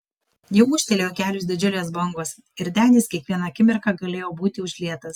jau ūžtelėjo kelios didžiulės bangos ir denis kiekvieną akimirką galėjo būti užlietas